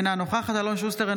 אינה נוכחת אלון שוסטר,